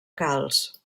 calç